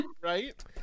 Right